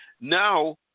Now